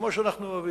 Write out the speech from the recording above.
כמו שאנחנו אוהבים,